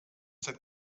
seit